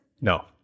No